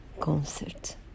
concert